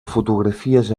fotografies